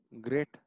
Great